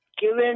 given